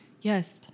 Yes